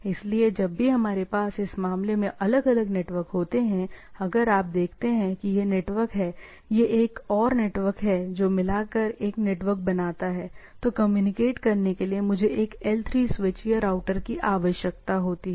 इसलिए जब भी हमारे पास इस मामले में अलग अलग नेटवर्क होते हैं अगर आप देखते हैं कि यह एक नेटवर्क हैयह एक और नेटवर्क है जो मिलकर एक नेटवर्क बनाता है तो कम्युनिकेट के लिए मुझे एक L3 स्विच या राउटर की आवश्यकता होती है